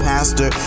Pastor